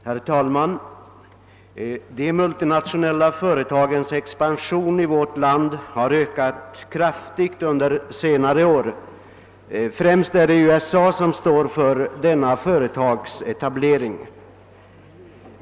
Herr talman! De multinationella företagens expansion i vårt land har ökat kraftigt under senare år. Främst är det USA som står för denna företagsetablering.